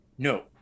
No